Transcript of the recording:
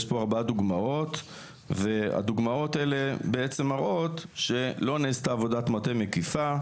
יש פה 4 דוגמאות והדוגמאות האלה בעצם מראות שלא נעשתה עבודת מטה מקיפה,